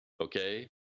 okay